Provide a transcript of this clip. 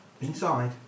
Inside